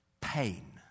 pain